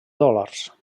dòlars